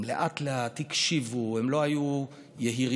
הם לאט-לאט, הקשיבו, הם לא היו יהירים.